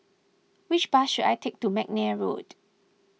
which bus should I take to McNair Road